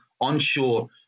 onshore